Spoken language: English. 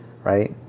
right